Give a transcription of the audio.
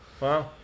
Wow